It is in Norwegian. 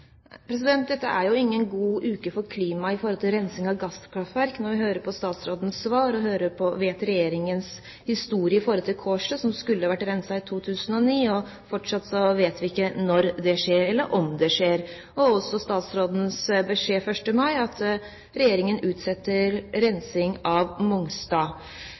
Dette er jo ingen god uke for klimaet med tanke på rensing av gasskraftverk når vi hører statsrådens svar og vet Regjeringens historie når det gjelder Kårstø, som skulle vært renset i 2009. Fortsatt vet vi ikke når det skjer, eller om det skjer, og statsråden ga også beskjed 1. mai om at Regjeringen utsetter rensing av Mongstad.